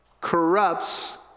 corrupts